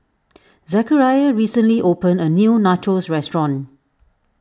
Zechariah recently opened a new Nachos restaurant